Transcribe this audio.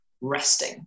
resting